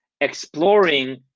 exploring